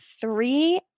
three